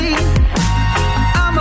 I'ma